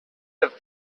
have